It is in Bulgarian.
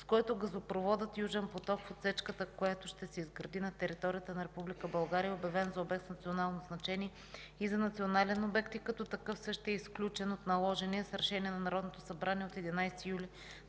с което газопроводът „Южен поток” в отсечката, в която ще се изгради на територията на Република България, е обявен за обект с национално значение и за национален обект, и като такъв същият е изключен от наложения с Решение на Народното събрание от 11 юли